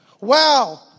Wow